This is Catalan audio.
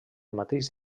mateix